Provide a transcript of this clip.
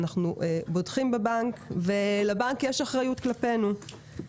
אנחנו בוטחים בבנק ולבנק יש אחריות כלפינו.